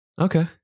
Okay